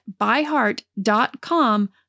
byheart.com